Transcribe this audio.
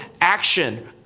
action